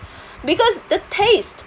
because the taste